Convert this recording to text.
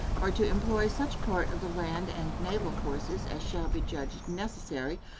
or to employ such part of the land and naval forces as shall be judged necessary,